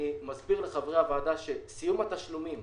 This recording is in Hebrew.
אני מסביר לחברי הוועדה שסיום התשלומים,